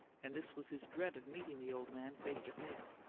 and this was his dread of meeting the old man face to face.